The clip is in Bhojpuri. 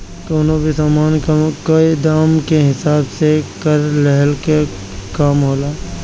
कवनो भी सामान कअ दाम के हिसाब से कर लेहला के काम होला